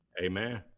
Amen